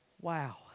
Wow